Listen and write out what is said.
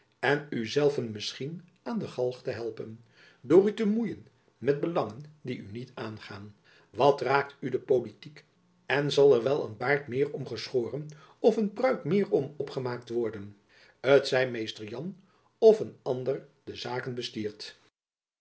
en u zelven misschien aan den galg te helpen door u te moeien met belangen die u niet aangaan wat raakt u de politiek en zal er wel een baard meer om geschoren of een pruik meer om opgemaakt worden t zij mr jan of een ander de zaken bestiert